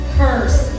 curse